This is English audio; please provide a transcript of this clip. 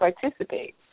participate